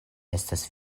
estas